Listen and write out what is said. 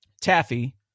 taffy